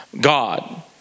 God